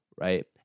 right